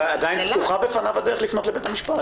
עדיין פתוחה בפניו הדרך לפנות לבית משפט.